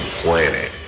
planet